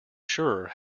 sure